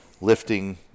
lifting